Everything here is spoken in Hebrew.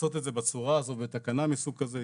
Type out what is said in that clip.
לעשות את זה בצורה הזאת, בתקנה מסוג כזה.